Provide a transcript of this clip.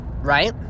right